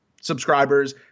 subscribers